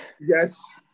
Yes